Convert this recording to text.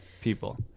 people